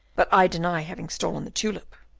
but i deny having stolen the tulip.